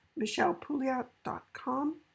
michellepouliot.com